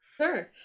Sure